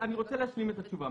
אני רוצה להשלים את התשובה.